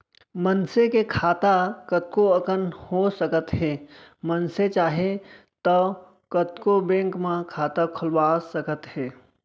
मनसे के खाता कतको अकन हो सकत हे मनसे चाहे तौ कतको बेंक म खाता खोलवा सकत हे